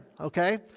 okay